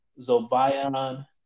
Zobayan